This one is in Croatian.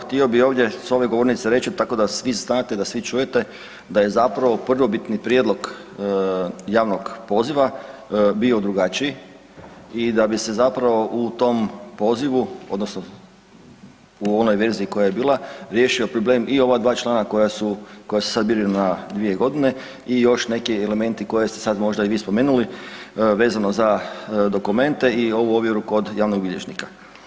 Evo htio bih ovdje sa ove govornice reći tako da svi znate, da svi čujete da je zapravo prvobitni prijedlog javnog poziva bio drugačiji i da bi se zapravo u tom pozivu, odnosno u onoj verziji koja je bila riješio problem i ova dva člana koja su, koji su sad bili na dvije godine i još neki elementi koje ste možda sad i vi spomenuli vezano za dokumente i ovu ovjeru kod javnog bilježnika.